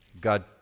God